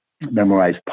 memorize